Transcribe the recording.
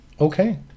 Okay